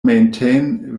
maintain